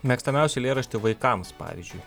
mėgstamiausią eilėraštį vaikams pavyzdžiui